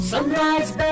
Sunrise